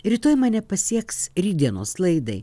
rytoj mane pasieks rytdienos laidai